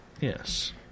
Yes